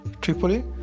Tripoli